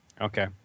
Okay